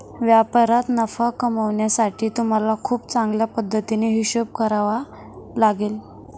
व्यापारात नफा कमावण्यासाठी तुम्हाला खूप चांगल्या पद्धतीने हिशोब करावा लागेल